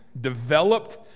developed